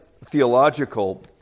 theological